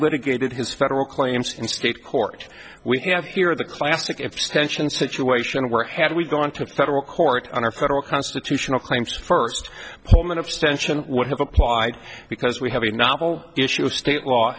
litigated his federal claims in state court we have here the classic ifs tension situation where had we gone to the federal court on our federal constitutional claims first poem an abstention would have applied because we have a novel issue of state law